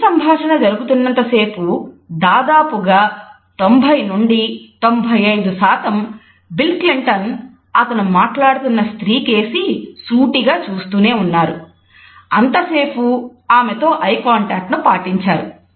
" ఈ సంభాషణ జరుగుతున్నంతసేపు దాదాపుగా 90 నుండి 95 శాతం బిల్ క్లింటన్ పాటించారు